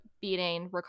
beating